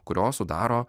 kurios sudaro